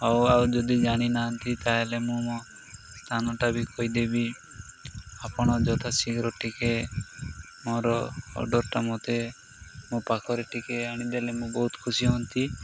ହଉ ଆଉ ଯଦି ଜାଣିନାହାନ୍ତି ତାହେଲେ ମୁଁ ମୋ ସ୍ଥାନଟା ବି କହିଦେବି ଆପଣ ଯଥା ଶୀଘ୍ର ଟିକେ ମୋର ଅର୍ଡରଟା ମୋତେ ମୋ ପାଖରେ ଟିକେ ଆଣିଦେଲେ ମୁଁ ବହୁତ ଖୁସି ହୁଅନ୍ତି